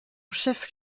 chef